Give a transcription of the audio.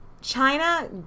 China